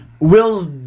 will's